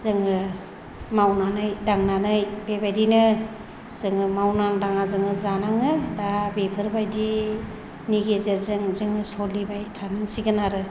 जोङो मावनानै दांनानै बेबायदिनो जोङो मावना दांनान जोङो जानाङो दा बेफोरबायदिनि गेजेरजों जोङो सोलिबाय थानांसिगोन आरो